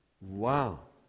Wow